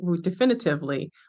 definitively